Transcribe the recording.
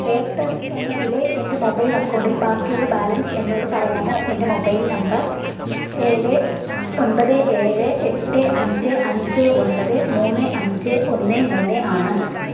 Airtel എന്നതിലെ എൻ്റെ mobile അക്കൗണ്ടിൽ ബാക്കിയുള്ള ബാലൻസ് എന്നോടു പറയാമോ എൻ്റെ മൊബൈൽ നമ്പർ ഏഴ് ഒൻപത് ഏഴ് എട്ട് അഞ്ച് അഞ്ച് ഒൻപത് മൂന്ന് അഞ്ച് ഒന്ന് മൂന്ന് ആണ്